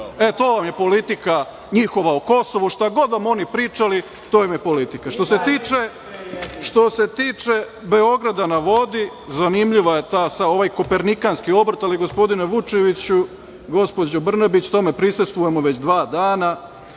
EU. To vam je politika njihova o Kosovu. Šta god vam oni pričali, to im je politika. Što se tiče „Beograda na vodi“, zanimljiv je ovaj kopernikanski obrt, ali gospodine Vučeviću, gospođo Brnabić, tome prisustvujemo već dva dana,